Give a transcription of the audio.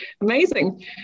amazing